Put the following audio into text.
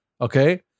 Okay